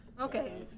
Okay